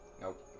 nope